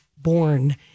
born